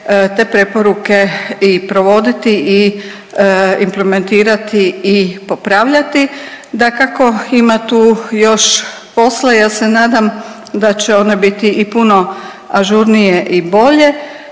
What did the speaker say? te preporuke i provoditi i implementirati i popravljati. Dakako, ima tu još posla, ja se nadam da će one biti i puno ažurnije i bolje.